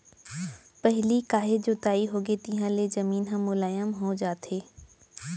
पहिली काहे जोताई होगे तिहाँ ले जमीन ह मुलायम हो जाथे